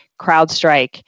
CrowdStrike